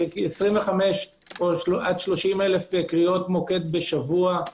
25,000 עד 30,000 קריאות מוקד בשבוע,